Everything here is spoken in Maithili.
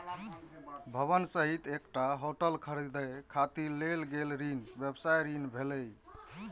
भवन सहित एकटा होटल खरीदै खातिर लेल गेल ऋण व्यवसायी ऋण भेलै